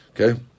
Okay